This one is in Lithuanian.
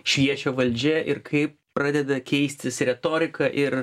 šviečia valdžia ir kaip pradeda keistis retorika ir